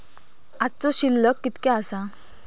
आजचो शिल्लक कीतक्या आसा?